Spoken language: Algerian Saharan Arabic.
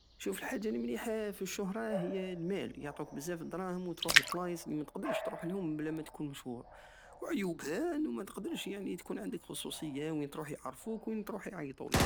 شوف الحاجة الي مليحة في الشهرة هي المال يعطوك بزاف الدراهم وتروح لبلايص متقدرش تروحلهم بلا ماتكون مشهور وعيوبها انو متقدرش تكون عندك خصوصية وين تروح يعرفوك ووين تروح يعيطولك